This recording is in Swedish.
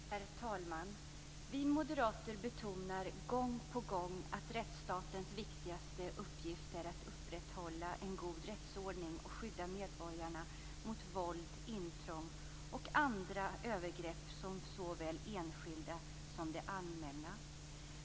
Herr talman! Vi moderater betonar gång på gång att rättsstatens viktigaste uppgift är att upprätthålla en god rättsordning och skydda medborgarna mot våld, intrång och andra övergrepp från såväl enskilda som det allmänna.